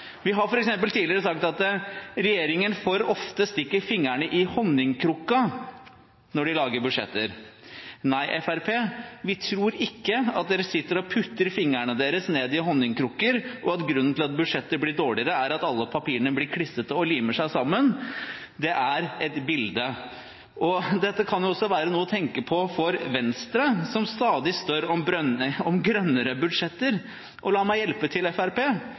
Vi har f.eks. tidligere sagt at regjeringen for ofte stikker fingrene i honningkrukka når de lager budsjetter. Nei, Fremskrittspartiet – vi tror ikke at dere sitter og putter fingrene deres ned i honningkrukker, og at grunnen til at budsjettet blir dårligere, er at alle papirene blir klissete og limer seg sammen; det er et bilde. Dette kan også være noe å tenke på for Venstre, som stadig spør om grønnere budsjetter. La meg hjelpe til,